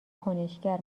کنشگر